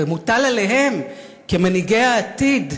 ומוטל עליהם כמנהיגי העתיד,